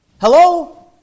Hello